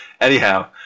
Anyhow